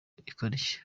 ikarishye